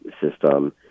system